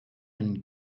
and